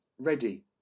ready